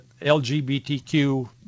LGBTQ